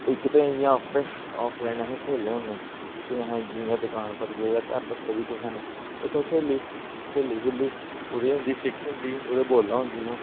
इक ते इ'यां आपें आफलाइन असें खेलने होन्ने कि असें जि'यां दकान पर गे जां घर रक्खे दी कुसै ने उत्थै खेली लेई खेली खूली ओह्दे च होंदी स्टिक होंदी ओह्दे बोतलां होंदियां